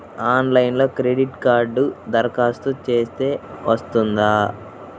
ఆన్లైన్లో క్రెడిట్ కార్డ్కి దరఖాస్తు చేస్తే వస్తుందా?